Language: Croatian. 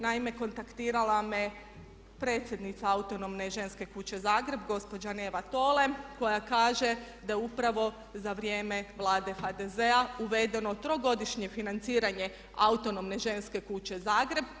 Naime, kontaktirala me predsjednica autonomne Ženske kuće Zagreb gospođa Neva Tolle koja kaže da je upravo za vrijeme Vlade HDZ-a uvedeno trogodišnje financiranje autonomne ženske kuće Zagreb.